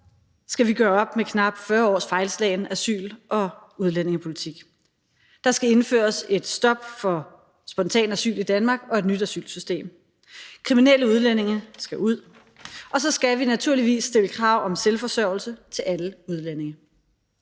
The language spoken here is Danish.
skal vi gøre op med knap 40 års fejlslagen asyl- og udlændingepolitik. Der skal indføres et stop for spontan asyl i Danmark og indføres et nyt asylsystem. Kriminelle udlændinge skal ud, og så skal vi naturligvis stille krav om selvforsørgelse til alle udlændinge.